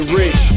rich